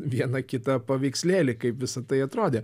vieną kitą paveikslėlį kaip visa tai atrodė